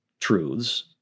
truths